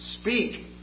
speak